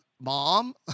mom